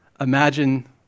Imagine